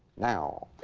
now.